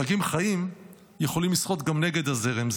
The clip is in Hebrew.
דגים חיים יכולים לשחות גם נגד הזרם.